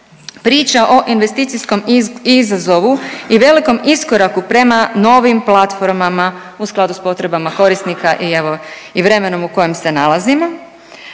priča o investicijskom izazovu i velikom iskoraku prema novim platformama u skladu s potrebama korisnika i evo, i vremenom u kojem se nalazimo.